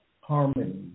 harmony